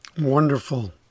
wonderful